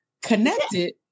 connected